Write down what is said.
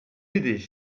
aider